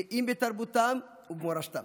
גאים בתרבותם ובמורשתם.